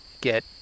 get